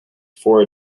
four